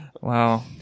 Wow